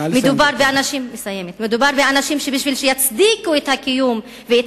מדובר באנשים שבשביל שיצדיקו את הקיום ואת